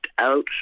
out